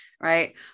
right